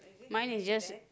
mine is just